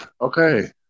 Okay